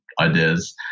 ideas